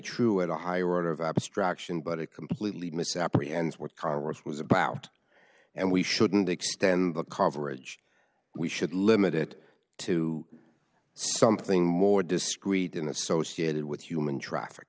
true at a high rate of abstraction but it completely misapprehend what congress was about and we shouldn't extend the coverage we should limit it to something more discrete and associated with human traffic